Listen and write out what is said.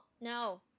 No